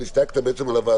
אבל הסתייגת על הוועדה,